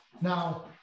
Now